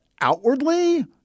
outwardly